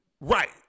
right